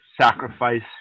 sacrifice